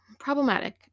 problematic